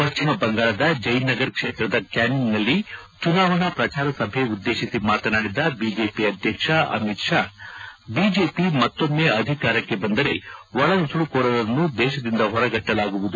ಪಶ್ಚಿಮ ಬಂಗಾಳದ ಜಯ್ನಗರ್ ಕ್ಷೇತ್ರದ ಕ್ವಾನಿಂಗ್ನಲ್ಲಿ ಚುನಾವಣಾ ಪ್ರಚಾರ ಸಭೆ ಉದ್ದೇತಿಸಿ ಮಾತನಾಡಿದ ಬಿಜೆಪಿ ಅಧ್ಯಕ್ಷ ಅಮಿತ್ ಷಾ ಬಿಜೆಪಿ ಮತ್ತೊಮ್ನೆ ಅಧಿಕಾರಕ್ಷೆ ಬಂದರೆ ಒಳನುಸುಳುಕೋರರನ್ನು ದೇಶದಿಂದ ಹೊರಗಟ್ಟಲಾಗುವುದು